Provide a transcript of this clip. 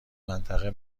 منطقه